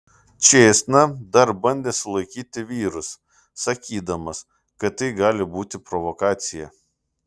čėsna dar bandė sulaikyti vyrus sakydamas kad tai gali būti provokacija